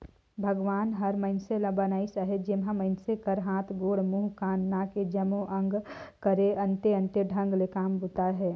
भगवान हर मइनसे ल बनाइस अहे जेम्हा मइनसे कर हाथ, गोड़, मुंह, कान, नाक ए जम्मो अग कर अन्ते अन्ते ढंग ले काम बूता अहे